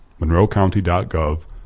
monroecounty.gov